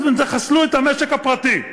תחסלו את המשק הפרטי.